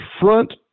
front